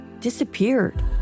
disappeared